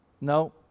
No